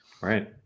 Right